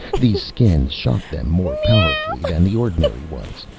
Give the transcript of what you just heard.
these skins shock them more powerfully than the ordinary ones,